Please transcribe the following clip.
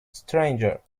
stranger